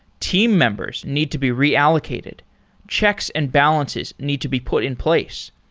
team members need to be reallocated checks and balances need to be put in place.